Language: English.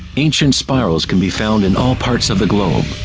ancient spirals can be found in all parts of the globe.